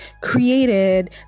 created